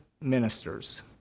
ministers